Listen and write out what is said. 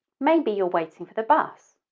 maybe you're waiting for the bus,